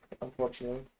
unfortunately